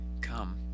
Come